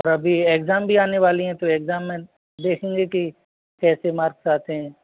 और अभी एग्जाम भी आने वाली हैं तो एग्जाम में देखेंगे कि कैसे मार्क्स आते हैं